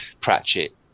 Pratchett